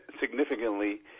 significantly